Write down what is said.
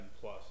plus